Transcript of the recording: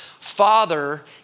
Father